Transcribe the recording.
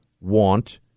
want